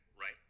right